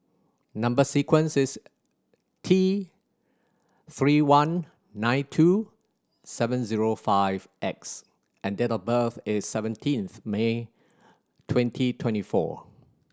number sequence is T Three one nine two seven zero five X and date of birth is seventeenth May twenty twenty four